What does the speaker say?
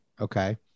Okay